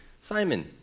Simon